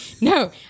no